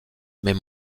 mais